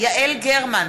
יעל גרמן,